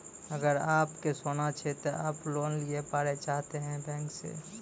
अगर आप के सोना छै ते आप लोन लिए पारे चाहते हैं बैंक से?